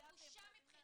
זו בושה.